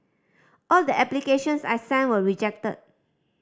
all the applications I sent were rejected